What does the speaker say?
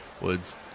Woods